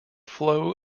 flow